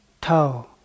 toe